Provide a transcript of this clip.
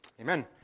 amen